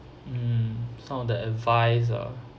mm some of the advice ah